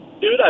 dude